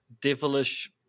devilish